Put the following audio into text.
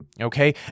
okay